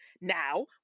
Now